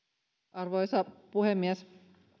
arvoisa puhemies